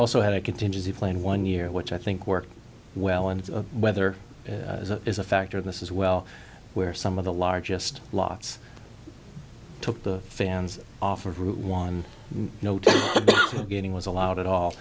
also had a contingency plan one year which i think worked well and weather is a factor in this as well where some of the largest lots took the fans off of route one note getting was allowed it all